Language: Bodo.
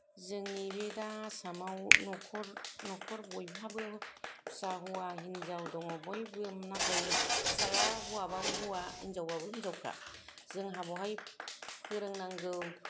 जोंनि बे दा आसामाव नखर नखर बयहाबो फिसा हौवा हिनजाव दङ बयबो नाथाय फिसाया हौवाबा हौवा हिनजावबाबो हिनजावखा जोंहा बेवहाय फोरोंनांगौ